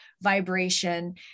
vibration